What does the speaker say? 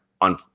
On